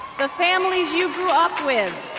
the families you grew up with